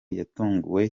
yatunguwe